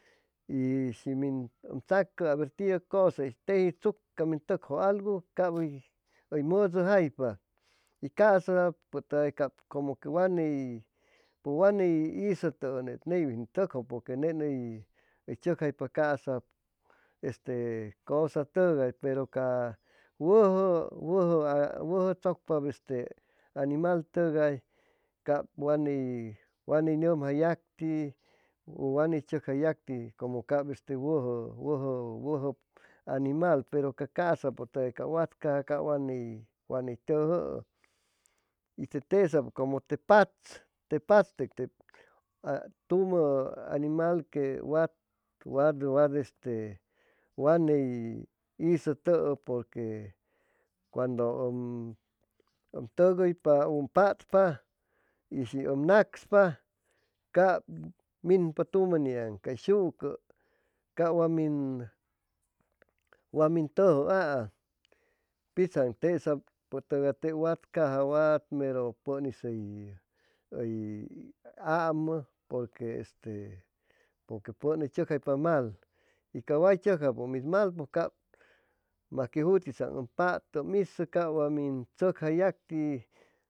Y si um tsacu aber tiu cusa y teji tsuc ca min tuc algu cab uy mudujaypa y casa pues cumu que wani isu'tuu neywini tucju pur que ney uy chucjaypa casa cusa tugay wuju tsucpa te animal tugay ca wa nni numja yacti wa ni chucja yacti cumu cab wuju animal cab casa pu tugay ca wat caja wa ni tujuu y te tesa cumu te patz tumu animal que wad ni isu tu'u purque cuandu um tuguypa u umpatpa y shi um nacspa cab minpa tumu niyaam cay shu'cy ca wam min tuju'a pitsaan tesa putuga wat meru pun is uy amu pur que pun uy que jutisan patu um iso ca wa min tsucja yacti